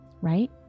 right